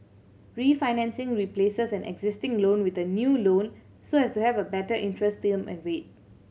refinancing replaces an existing loan with a new loan so as to have a better interest term and rate